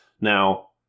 now